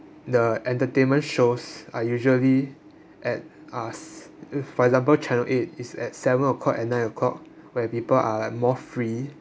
the entertainment shows are usually at uh s~ for example channel eight is at seven o'clock and nine o'clock where people are like more free